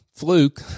fluke